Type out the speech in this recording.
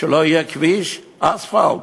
שלא יהיה כביש אספלט?